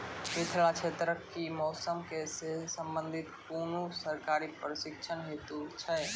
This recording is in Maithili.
मिथिला क्षेत्रक कि मौसम से संबंधित कुनू सरकारी प्रशिक्षण हेतु छै?